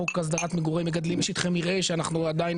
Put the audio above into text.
החוק להסדרת מגורי מגדלים (שטחי מרעה) שאנחנו עדיין